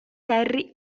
kerry